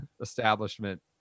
establishment